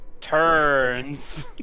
turns